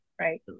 right